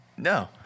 No